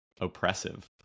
oppressive